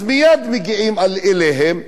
אז מייד מגיעים אליהם.